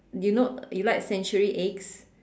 you know you like century eggs